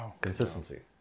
consistency